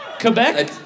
Quebec